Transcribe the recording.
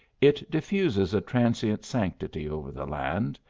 it diffuses a tran sient sanctity over the land,